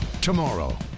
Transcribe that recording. Tomorrow